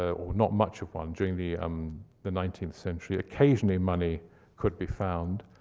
ah or not much of one, during the um the nineteenth century. occasionally money could be found.